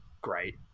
great